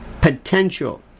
potential